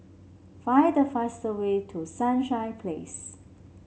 find the fastest way to Sunshine Place